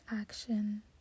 action